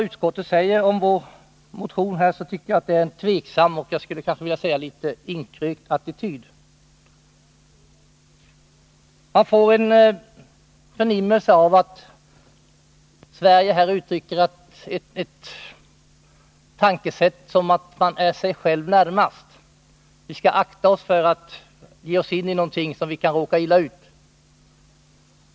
Utskottets skrivning om vår motion är tveksam, och jag skulle vilja säga att den tyder på en inkrökt attityd. Vid läsningen av utskottets betänkande får man en förnimmelse av att utskottet ger uttryck för tanken att man är sig själv närmast; vi skall akta oss för att ge oss in i någonting som gör att vi kan råka illa ut.